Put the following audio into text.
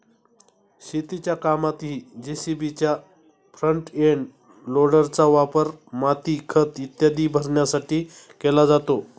शेतीच्या कामातही जे.सी.बीच्या फ्रंट एंड लोडरचा वापर माती, खत इत्यादी भरण्यासाठी केला जातो